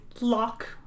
lock